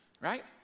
right